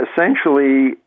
essentially